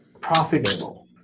profitable